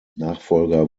nachfolger